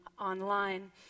online